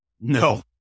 No